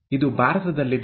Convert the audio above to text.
ಇದು ಭಾರತದಲ್ಲಿದೆ